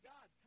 God